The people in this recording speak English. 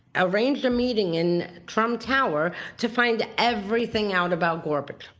arranged a meeting in trump tower to find everything out about gorbachev.